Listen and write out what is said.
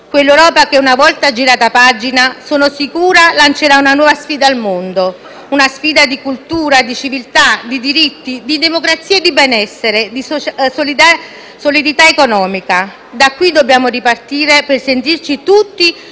quell'Europa che, una volta girata pagina, sono sicura lancerà una nuova sfida al mondo, una sfida di cultura, di civiltà, di diritti, di democrazia, di benessere e di solidità economica. Da qui dobbiamo ripartire per sentirci tutti